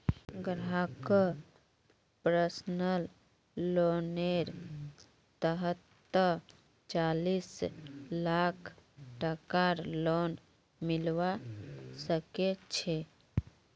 ग्राहकक पर्सनल लोनेर तहतत चालीस लाख टकार लोन मिलवा सके छै